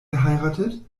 geheiratet